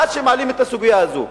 עד שמעלים את הסוגיה הזאת.